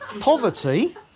Poverty